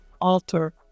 alter